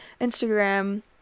Instagram